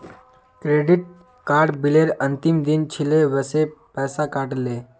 credit card बिलेर अंतिम दिन छिले वसे पैसा कट ले